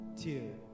two